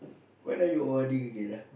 when are you O_R_Ding again ah